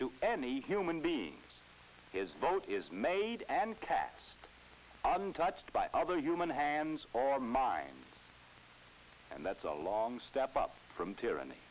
to any human being his vote is made and cast on untouched by other human hands or minds and that's a long step up from tyranny